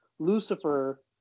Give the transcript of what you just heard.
Lucifer